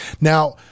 Now